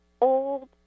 Old